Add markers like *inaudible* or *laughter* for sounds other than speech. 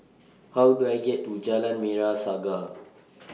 How Do I get to Jalan Merah Saga *noise*